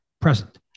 present